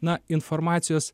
na informacijos